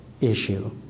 issue